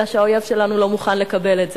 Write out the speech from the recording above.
אלא שהאויב שלנו לא מוכן לקבל את זה,